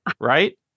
Right